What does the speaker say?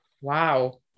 wow